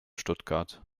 stuttgart